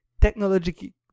technologically